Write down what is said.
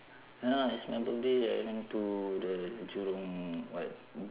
ya lah it's my birthday I went to the jurong what